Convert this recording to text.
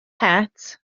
het